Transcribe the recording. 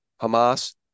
Hamas